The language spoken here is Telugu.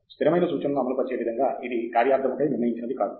తంగిరాల స్థిరమైన సూచనలను అమలు పరిచే విధంగా ఇది కార్యార్థము కై నిర్ణయించినది కాదు